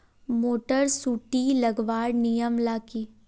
Motor सुटी लगवार नियम ला की?